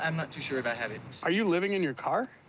and not too sure if i have it. are you living in your car?